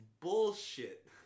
bullshit